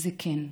זה כן,